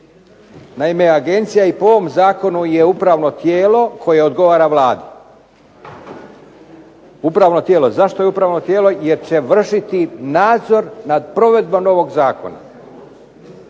Naime, agencija je i po ovom zakonu je upravno tijelo koje odgovara Vladi. Upravno tijelo, zašto je upravno tijelo? Jer će vršiti nadzor nad provedbom ovog zakona.